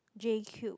J Cube